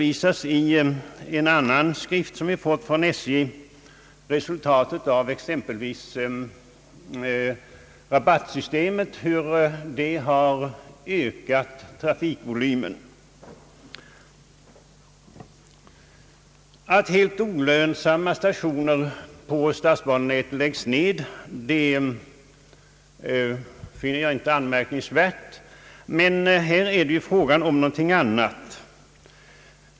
I en annan skrift som vi har fått från SJ redovisas resultatet av hur exempelvis rabattsystemet har ökat trafikvolymen. Att helt olönsamma stationer på statsbanenätet läggs ned finner jag inte anmärkningsvärt, men här är det ju fråga om någonting annat.